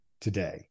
today